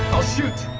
i'll shoot!